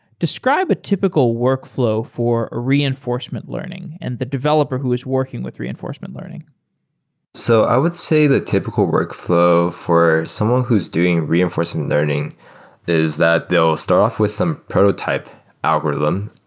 describe a typical workflow for ah reinforcement learning and the developer who is working with reinforcement learning so i would say the typical workflow for someone who's doing reinforcement learning is that they'll start off with some prototype algorithm,